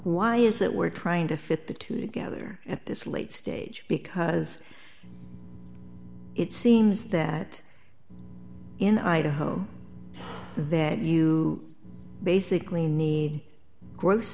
why is it we're trying to fit the two together at this late stage because it seems that in idaho that you basically need gross